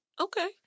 Okay